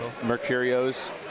Mercurio's